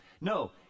No